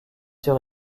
sur